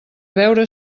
veure